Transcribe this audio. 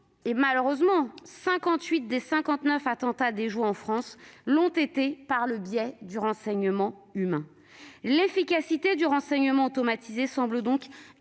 malheureusement, 58 des 59 attentats déjoués en France l'ont été par le biais du renseignement humain. La question de l'efficacité du renseignement automatisé demeure donc